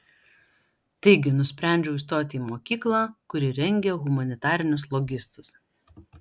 taigi nusprendžiau įstoti į mokyklą kuri rengia humanitarinius logistus